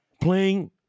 playing